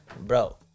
Bro